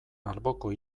alboko